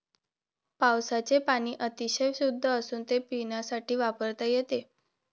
पावसाचे पाणी अतिशय शुद्ध असून ते पिण्यासाठी वापरता येते